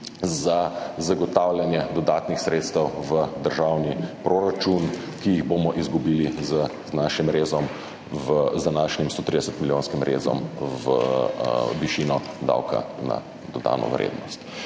za zagotavljanje dodatnih sredstev v državni proračun, ki jih bomo izgubili z našim rezom, z današnjim 130 milijonskim rezom v višino davka na dodano vrednost.